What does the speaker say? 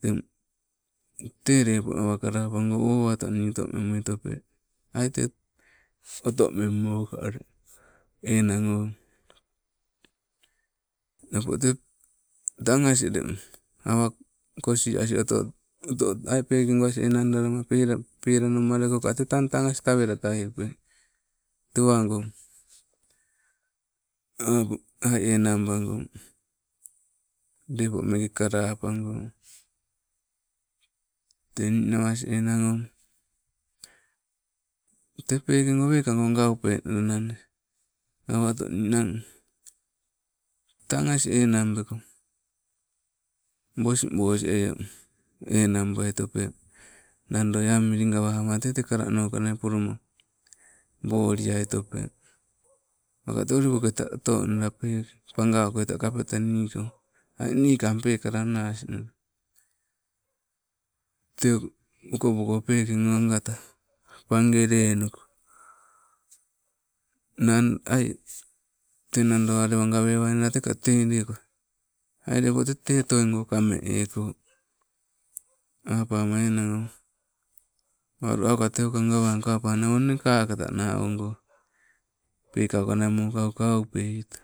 Teng te lepo awa kalapago, o awato nii otomemuinope, ai te otomengmo ka ule o, napo te tang asing ule awa kosi asi oto oto ai pekego asing enang dalama, pela pelanamaleko ka te tang asing tawela taiepe. Tewango, ai enang bango, lepo meke kala pagong, te ninawa asi enang o, te pekango wekango gaupenna nanne, awato nninang tang asing enangbeko, bos bosieio, enang balitope, nandoi ammili gawama te teka lanoka nai poloma woliaitope, maka te ulipo ketai otonna pagau kotai kapeta niko, ai nikong pekala anasnala. Te okopoko pekego agata, pange lenuko nang'ai te nado alewa gawewaina teka tei leko, ai lepo te otoingo kame eeko, apama enang o, walu auka teuka gawangko apane awo nee kakatana ogo pekauka nai mokauka aupeita.